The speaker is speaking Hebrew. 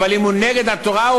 אם הוא נגד התורה,